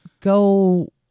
go